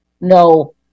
No